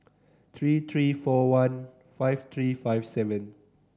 three three four one five three five seven